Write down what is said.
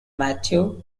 matthew